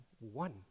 One